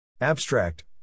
Abstract